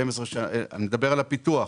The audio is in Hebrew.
אני מדבר לגבי הפיתוח.